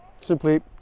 simply